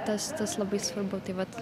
tas tas labai svarbu tai vat